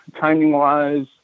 timing-wise